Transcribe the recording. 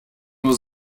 nur